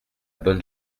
bonne